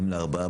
אם לארבעה,